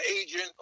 agent